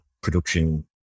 production